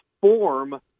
form